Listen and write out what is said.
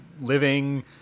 living